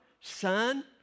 Son